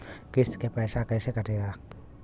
किस्त के पैसा कैसे कटेला?